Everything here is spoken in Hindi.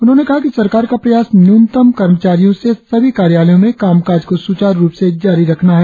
उन्होंने कहा कि सरकार का प्रयास न्यूनतम कर्मचारियों से सभी कार्यालयों में कामकाज को सूचारु रुप से जारी रखना है